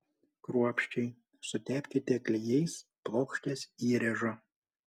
kruopščiai sutepkite klijais plokštės įrėžą